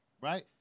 right